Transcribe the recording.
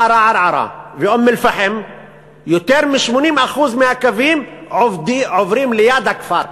ערערה ואום-אלפחם יותר מ-80% מהקווים עוברים ליד הכפר,